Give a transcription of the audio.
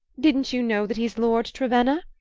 didn't you know that he's lord trevenna?